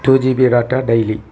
two G B data daily